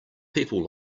people